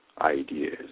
ideas